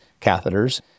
catheters